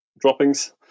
droppings